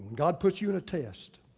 god puts you in a test,